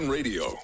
Radio